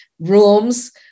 rooms